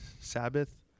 Sabbath